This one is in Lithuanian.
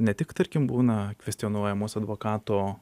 ne tik tarkim būna kvestionuojamos advokato